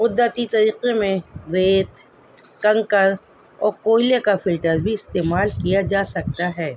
قدرتی طریقے میں ریت کنکر اور کوئلے کا فلٹر بھی استعمال کیا جا سکتا ہے